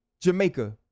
Jamaica